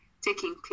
taking